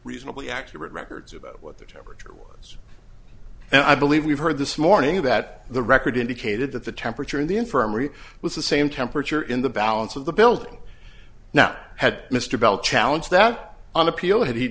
reasonably accurate records about what the temperature was and i believe we've heard this morning that the record indicated that the temperature in the infirmary was the same temperature in the balance of the building now had mr bell challenge that on appeal h